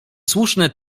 słuszne